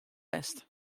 west